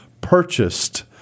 purchased